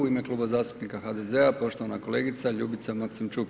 U ime Kluba zastupnika HDZ-a poštovana kolegica Ljubica Maksimčuk.